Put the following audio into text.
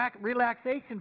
relaxation